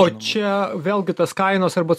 o čia vėlgi tas kainos arba